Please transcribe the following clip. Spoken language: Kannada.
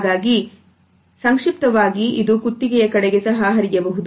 ಹಾಗಾಗೇ ಸಂಕ್ಷಿಪ್ತವಾಗಿ ಇದು ಕುತ್ತಿಗೆಯ ಕಡೆಗೆ ಸಹ ಹರಿಯಬಹುದು